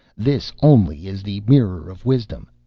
this only is the mirror of wisdom.